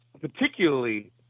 particularly